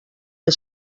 que